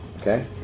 Okay